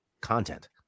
content